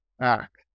act